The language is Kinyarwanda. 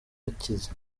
akize